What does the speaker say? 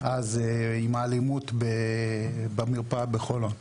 אז עם האלימות במרפאה בחולון.